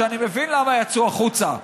שאני מבין למה יצאו החוצה,